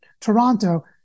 Toronto